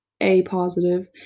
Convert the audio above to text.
A-positive